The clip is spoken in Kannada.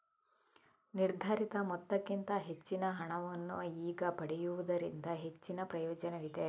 ನಿರ್ಧರಿತ ಮೊತ್ತಕ್ಕಿಂತ ಹೆಚ್ಚಿನ ಹಣವನ್ನು ಈಗ ಪಡೆಯುವುದರಿಂದ ಹೆಚ್ಚಿನ ಪ್ರಯೋಜನವಿದೆ